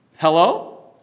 Hello